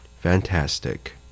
Fantastic